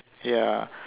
ya